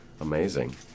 amazing